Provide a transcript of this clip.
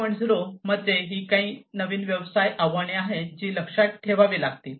0 मध्ये ही काही नवीन व्यवसाय आव्हाने आहेत जी लक्षात ठेवावी लागतील